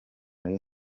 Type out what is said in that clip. rayon